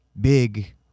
big